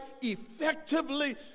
effectively